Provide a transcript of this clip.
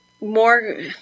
more